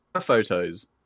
photos